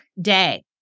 day